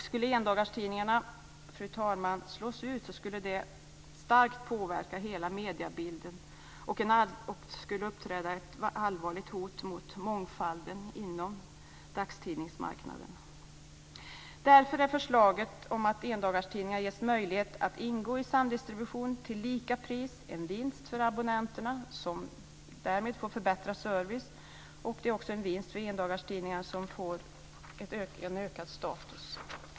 Skulle endagstidningarna slås ut, fru talman, skulle det starkt påverka hela mediebilden. Det skulle innebära ett allvarligt hot mot mångfalden inom dagstidningsmarknaden. Därför är förslaget att ge endagstidningar möjlighet att ingå i samdistribution till lika pris en vinst för abonnenterna, som därmed får förbättrad service, och också en vinst för endagstidningarna, som får höjd status.